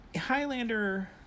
Highlander